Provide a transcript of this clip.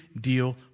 deal